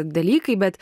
dalykai bet